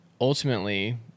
ultimately